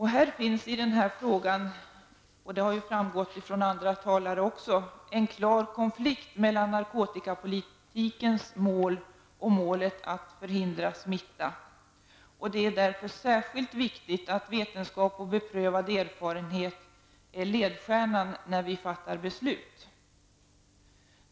Här finns i denna fråga en klar konflikt mellan narkotikapolitikens mål och målet att förhindra smitta. Det är därför särskilt viktigt att vetenskap och beprövad erfarenhet är ledstjärnan när vi fattar beslut.